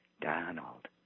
Donald